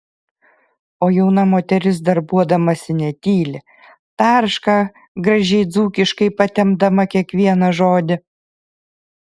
o jauna moteris darbuodamasi netyli tarška gražiai dzūkiškai patempdama kiekvieną žodį